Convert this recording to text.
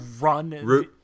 run